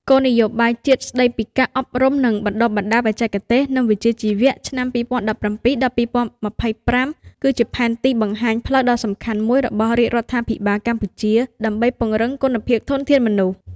គោលនយោបាយជាតិស្តីពីការអប់រំ និងបណ្តុះបណ្តាលបច្ចេកទេស និងវិជ្ជាជីវៈឆ្នាំ២០១៧-២០២៥ គឺជាផែនទីបង្ហាញផ្លូវដ៏សំខាន់មួយរបស់រាជរដ្ឋាភិបាលកម្ពុជា ដើម្បីពង្រឹងគុណភាពធនធានមនុស្ស។